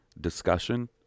discussion